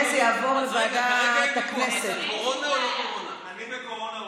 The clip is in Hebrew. ועדת החוקה, חוק ומשפט, אני מקריאה.